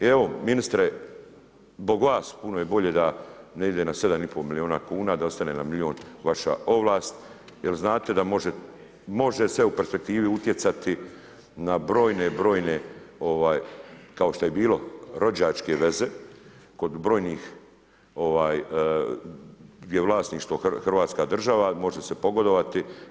I evo ministre zbog vas puno je bolje da ne ide na sedam i pol milijuna kuna, da ostane na milijun vaša ovlast jer znate da može sve u perspektivi utjecati na brojne, brojne kao što je bilo rođačke veze kod brojnih gdje je vlasništvo Hrvatska država, može se pogodovati.